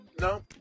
No